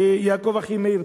יעקב אחימאיר.